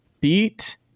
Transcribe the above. Beat